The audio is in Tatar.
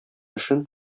эшен